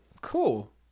cool